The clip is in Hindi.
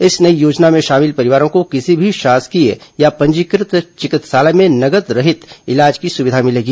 इस नई योजना में शामिल परिवारों को किसी भी शासकीय या पंजीकृत चिकित्सालय में नगद रहित इलाज की सुविधा मिलेगी